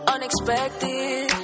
Unexpected